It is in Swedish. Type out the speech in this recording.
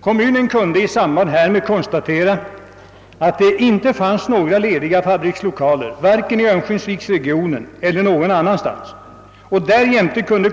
Kommunen kunde i samband härmed konstatera att det inte fanns några lediga fabrikslokaler vare sig i örnsköldsviksregionen eller någon annanstans. Därjämte erfor man inom